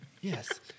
Yes